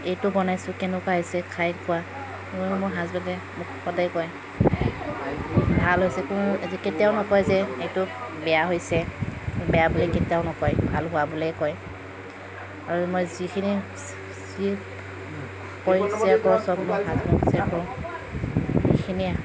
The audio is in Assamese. এইটো বনাইছোঁ কেনেকুৱা হৈছে খাই কোৱা আৰু মোৰ হাজবেণ্ডে মোক সদায় কয় ভাল হৈছে কেতিয়াও নকয় যে এইটো বেয়া হৈছে বেয়া বুলি কেতিয়াও নকয় ভাল হোৱা বুলিয়ে কয় আৰু মই যিখিনি যি সেইখিনিয়ে